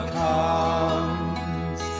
comes